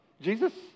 Jesus